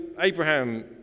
Abraham